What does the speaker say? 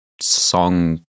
song